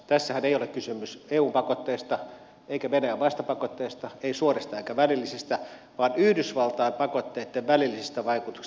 tässähän ei ole kysymys eun pakotteista eikä venäjän vastapakotteista ei suorista eikä välillisistä vaan yhdysvaltain pakotteitten välillisistä vaikutuksista suomen talouteen